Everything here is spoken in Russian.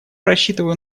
рассчитываю